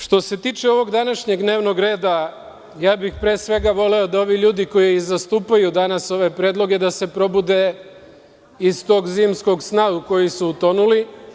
Što se tiče ovog današnjeg dnevnog reda, ja bih pre svega voleo da ovi ljudi koji zastupaju danas ove predloge da se probude iz tog zimskog sna u koji su utonuli.